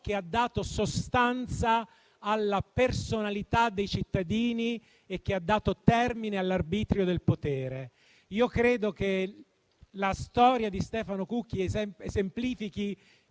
ha dato sostanza alla personalità dei cittadini e ha messo fine all'arbitrio del potere. Io credo che la storia di Stefano Cucchi esemplifichi